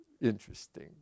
interesting